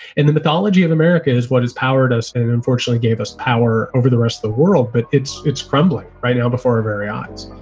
and the mythology of america is what is power to us. and unfortunately, gave us power over the rest of the world. but it's it's crumbling right now before our very eyes